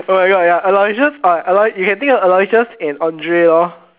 oh my god ya Aloysius uh Aloy~ you can think of Aloysius and Andre lor